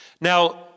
Now